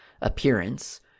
appearance